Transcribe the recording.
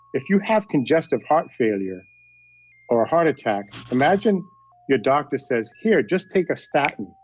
if you have congestive heart failure or a heart attack, imagine your doctor says, here, just take a statin,